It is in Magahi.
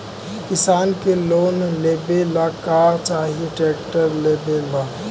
किसान के लोन लेबे ला का चाही ट्रैक्टर लेबे ला?